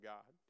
God